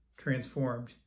transformed